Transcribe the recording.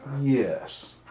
Yes